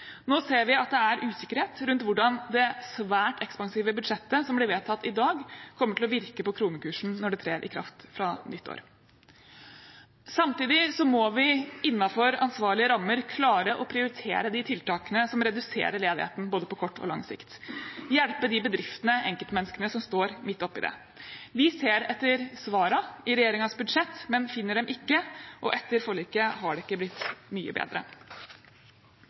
Nå ser vi at det er usikkerhet rundt hvordan det svært ekspansive budsjettet som blir vedtatt i dag, kommer til å virke på kronekursen når det trer i kraft fra nyttår. Samtidig må vi innenfor ansvarlige rammer klare å prioritere de tiltakene som reduserer ledigheten, både på kort og lang sikt, og hjelpe de bedriftene og enkeltmenneskene som står midt oppe i det. Vi ser etter svarene i regjeringens budsjett, men finner dem ikke, og etter forliket har det ikke blitt mye bedre.